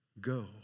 Go